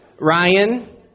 ryan